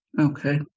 Okay